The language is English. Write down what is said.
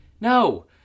no